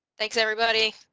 thanks everybody!